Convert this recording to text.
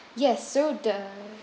yes so the